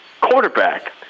quarterback